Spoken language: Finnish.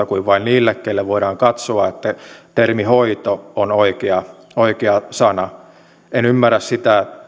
kuin vain niille keille voidaan katsoa että termi hoito on oikea oikea sana en ymmärrä sitä